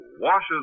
washes